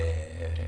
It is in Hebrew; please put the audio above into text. פרופ'